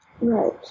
Right